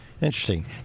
Interesting